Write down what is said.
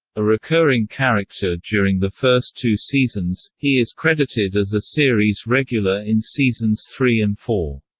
a recurring character during the first two seasons, he is credited as a series regular in seasons three and four.